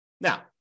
Now